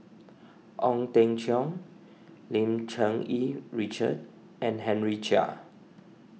Ong Teng Cheong Lim Cherng Yih Richard and Henry Chia